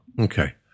Okay